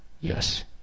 Yes